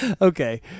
Okay